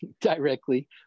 directly